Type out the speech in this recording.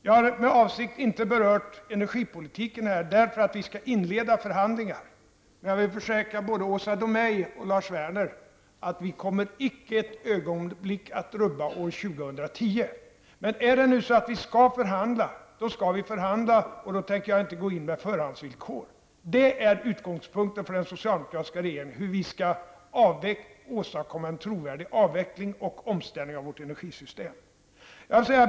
Jag har med avsikt inte berört energipolitiken, eftersom vi skall inleda förhandlingar på detta område. Jag vill försäkra både Åsa Domeij och Lars Werner om att vi icke ett ögonblick tänkerrubba beslutet om år 2010. Är det nu så att vi skall förhandla, då skall vi förhandla, och jag tänker därför inte gå in med förhandsvillkor. Det är utgångspunkten för hur den socialdemokratiska regeringen skall åstadkomma en trovärdig avveckling och en omställning av vårt energisystem.